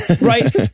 right